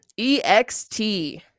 Ext